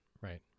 right